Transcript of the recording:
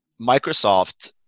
Microsoft